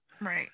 Right